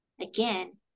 again